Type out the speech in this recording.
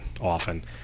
often